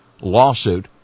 Lawsuit